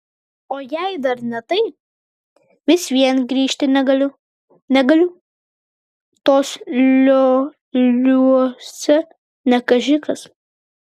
o jei dar ne tai vis vien grįžti negaliu negaliu tuos lioliuose ne kaži kas